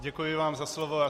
Děkuji vám za slovo.